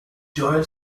joel